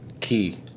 key